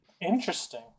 interesting